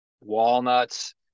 walnuts